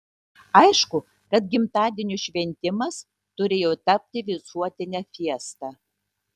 aišku kad gimtadienio šventimas turėjo tapti visuotine fiesta